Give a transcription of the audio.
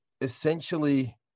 essentially